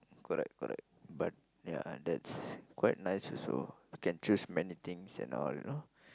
correct correct but ya that is quite nice also you can choose many things and all you know